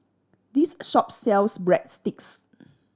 this shop sells Breadsticks